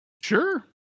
sure